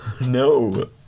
No